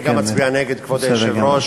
אני גם אצביע נגד, כבוד היושב-ראש.